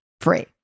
free